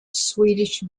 swedish